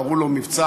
קראו לו "מבצע",